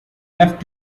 left